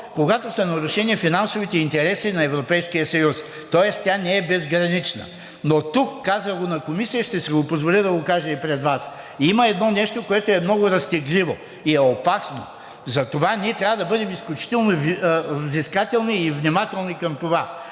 докогато са нарушени финансовите интереси на Европейския съюз, тоест тя не е безгранична. Но тук, казах го на Комисията, ще си позволя да го кажа и пред Вас, има едно нещо, което е много разтегливо и е опасно. Затова ние трябва да бъдем изключително взискателни и внимателни към това,